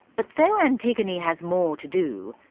but though and antigone has more to do,